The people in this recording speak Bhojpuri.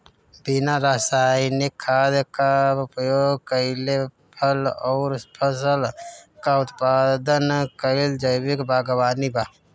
बिना रासायनिक खाद क उपयोग कइले फल अउर फसल क उत्पादन कइल जैविक बागवानी बा